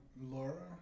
Laura